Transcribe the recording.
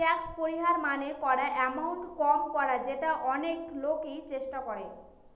tax পরিহার মানে করা এমাউন্ট কম করা যেটা অনেক লোকই চেষ্টা করে